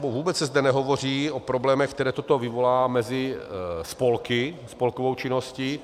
Vůbec se zde nehovoří o problémech, které toto vyvolá mezi spolky, spolkovou činností.